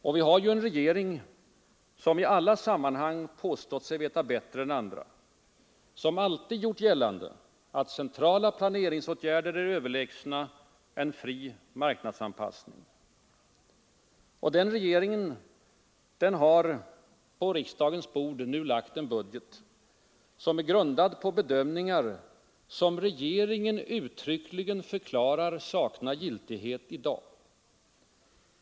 Och vi har en regering som i alla sammanhang påstått sig veta bättre än andra, som alltid gjort gällande att centrala planeringsåtgärder är överlägsna en fri marknadsanpassning. Denna regering har nu på riksdagens bord lagt en budget, grundad på bedömningar som regeringen uttryckligen förklarar sakna giltighet i dag.